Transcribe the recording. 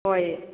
ꯍꯣꯏ